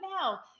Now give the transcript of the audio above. now